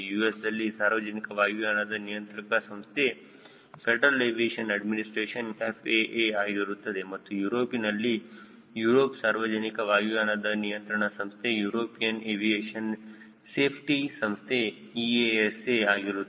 Sದಲ್ಲಿ ಸಾರ್ವಜನಿಕ ವಾಯುಯಾನದ ನಿಯಂತ್ರಕ ಸಂಸ್ಥೆ ಫೆಡರಲ್ ಏವಿಯೇಷನ್ ಅಡ್ಮಿನಿಸ್ಟ್ರೇಷನ್ FAA ಆಗಿರುತ್ತದೆ ಮತ್ತು ಯುರೋಪ್ ನಲ್ಲಿ ಯುರೋಪ್ ಸಾರ್ವಜನಿಕ ವಾಯುಯಾನದ ನಿಯಂತ್ರಕ ಸಂಸ್ಥೆ ಯುರೋಪಿಯನ್ ಏವಿಯೇಷನ್ ಸೇಫ್ಟಿ ಸಂಸ್ಥೆ EASA ಆಗಿರುತ್ತದೆ